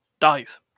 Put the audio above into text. dies